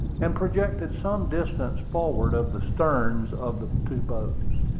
and projected some distance forward of the stems of the two boats.